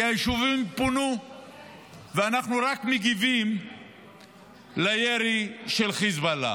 כי היישובים פונו ואנחנו רק מגיבים לירי של חיזבאללה.